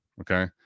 Okay